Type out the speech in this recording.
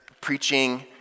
preaching